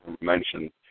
mentioned